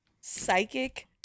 psychic